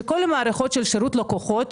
שכל המערכות של שירות הלקוחות,